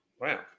Wow